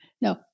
No